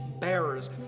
bearers